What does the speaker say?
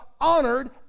honored